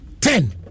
ten